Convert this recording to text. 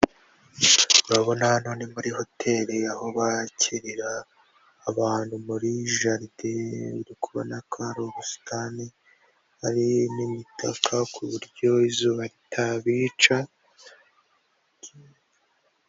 Urabona hano ni muri hoteli, aho bakirira abantu muri jaride, uri kubona ko hari ubusitani, hari n'imitaka ku buryo izuba ritabica.